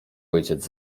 ojciec